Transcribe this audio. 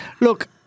look